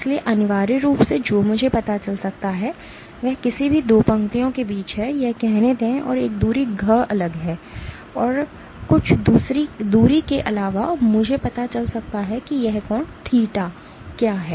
इसलिए अनिवार्य रूप से जो मुझे पता चल सकता है वह किसी भी 2 पंक्तियों के बीच है यह कहने दें और एक दूरी घ अलग है और कुछ दूरी के अलावा मुझे पता चल सकता है कि यह कोण थीटा क्या है